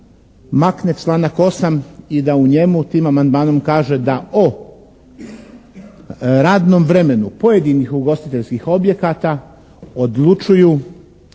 makne članak 8. i da u njemu, tim amandmanom kaže da o radnom vremenu pojedinih ugostiteljskih objekata odlučuju